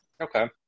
Okay